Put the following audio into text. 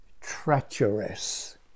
treacherous